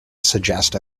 suggest